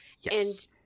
Yes